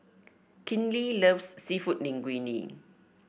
Kinley loves seafood Linguine